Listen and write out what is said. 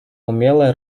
умелое